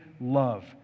love